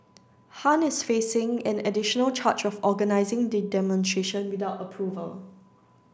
Han is facing an additional charge of organising the demonstration without approval